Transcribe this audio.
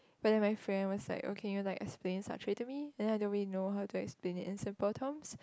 but then my friend was like okay you like explain such way to me then in a way I know how to explain it in simple terms